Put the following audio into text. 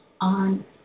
on